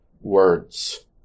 words